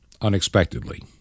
unexpectedly